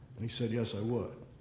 and he said, yes, i would.